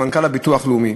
מנכ"ל הביטוח הלאומי,